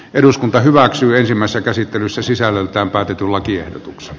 eduskunta hyväksyy ensimmäistä käsittelyssä sisällöltään patitulakiehdotukset